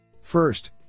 First